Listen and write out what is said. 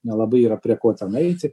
nelabai yra prie ko ten eiti